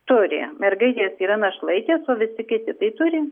turi mergaitės yra našlaitės o visi kiti tai turi